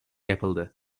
yapıldı